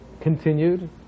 continued